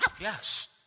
yes